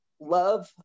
love